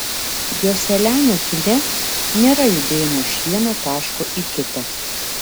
joselianio kine nėra judėjimo iš vieno taško į kitą